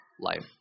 life